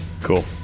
cool